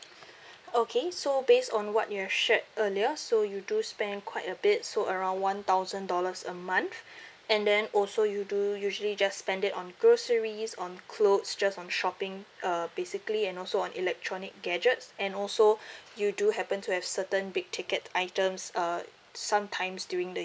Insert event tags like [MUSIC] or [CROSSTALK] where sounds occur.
[BREATH] okay so based on what you have shared earlier so you do spend quite a bit so around one thousand dollars a month [BREATH] and then also you do usually just spend it on groceries on clothes just on shopping uh basically and also on electronic gadgets and also [BREATH] you do happen to have certain big ticket items uh some times during the